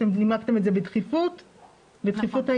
אתם נימקתם את זה בדחיפות העניין.